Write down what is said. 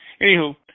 Anywho